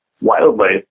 wildlife